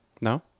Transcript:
No